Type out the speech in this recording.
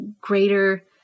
greater